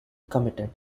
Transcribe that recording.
committed